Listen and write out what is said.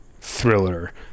thriller